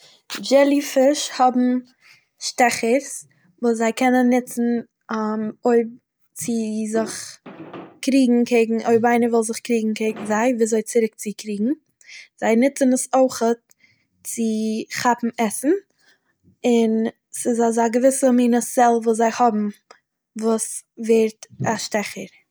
דזשעלי פיש האבן שטעכערס וואס זיי קענען נוצן אויב צו זיך קריגן אויב איינער וויל זיך קריגן קעגן זיי ווי אזוי צוריק צו קריגן זיי נוצן עס אויכעט צו כאפן עסן, און ס'איז אזא געוויסע מינע סעל וואס זיי האבן וואס ווערט א שטעכער.